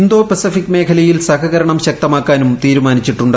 Indo Pacific മേഖലയിൽ സഹകരണം ശക്തമാക്കാനും തീരുമാനിച്ചിട്ടുണ്ട്